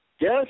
yes